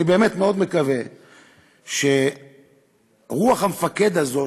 אני באמת מאוד מקווה שרוח המפקד הזאת,